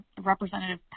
Representative